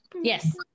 Yes